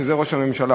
זה ראש הממשלה.